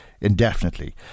indefinitely